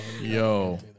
Yo